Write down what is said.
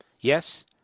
Yes